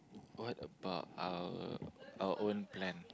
what about our our own plan